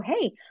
hey